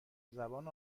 زبان